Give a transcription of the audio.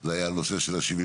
זה היה הנושא של ה-75%.